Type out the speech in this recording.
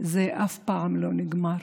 שזה אף פעם לא נגמר.